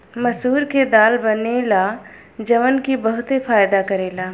मसूर के दाल बनेला जवन की बहुते फायदा करेला